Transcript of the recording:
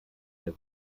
der